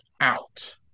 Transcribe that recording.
out